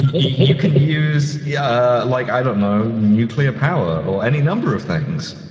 you can use, yeah like, i don't know, nuclear power, or any number of things.